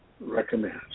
recommends